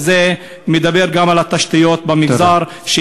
וזה מדבר גם על התשתיות במגזר,